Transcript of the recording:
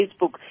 Facebook